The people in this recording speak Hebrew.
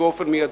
ובאופן מיידי.